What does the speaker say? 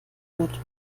wird